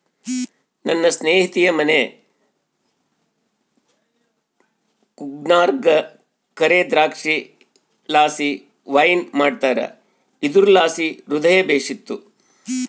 ನನ್ನ ಸ್ನೇಹಿತೆಯ ಮನೆ ಕೂರ್ಗ್ನಾಗ ಕರೇ ದ್ರಾಕ್ಷಿಲಾಸಿ ವೈನ್ ಮಾಡ್ತಾರ ಇದುರ್ಲಾಸಿ ಹೃದಯ ಬೇಶಿತ್ತು